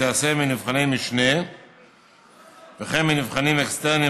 תיעשה מנבחני משנה וכן מנבחנים אקסטרניים